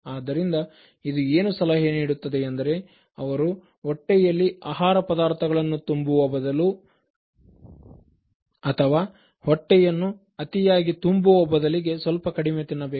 ಆದ್ದರಿಂದ ಇದು ಏನು ಸಲಹೆ ನೀಡುತ್ತದೆ ಎಂದರೆ ಅವರು ಹೊಟ್ಟೆಯಲ್ಲಿ ಆಹಾರ ಪದಾರ್ಥಗಳನ್ನು ತುಂಬುವ ಬದಲು ಅಥವಾ ಹೊಟ್ಟೆಯನ್ನು ಅತಿಯಾಗಿ ತುಂಬುವ ಬದಲಿಗೆ ಸ್ವಲ್ಪ ಕಡಿಮೆ ತಿನ್ನಬೇಕು